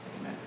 Amen